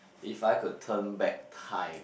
if I could turn back time